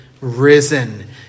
risen